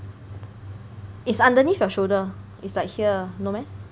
is underneath your shoulder is like here no meh